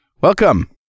Welcome